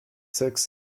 six